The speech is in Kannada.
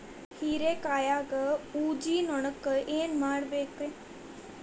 ಹೇರಿಕಾಯಾಗ ಊಜಿ ನೋಣಕ್ಕ ಏನ್ ಮಾಡಬೇಕ್ರೇ?